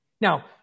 Now